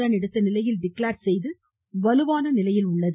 run எடுத்த நிலையில் declare செய்து வலுவான நிலையில் உள்ளது